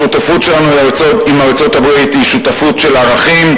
השותפות שלנו עם ארצות-הברית היא שותפות של ערכים,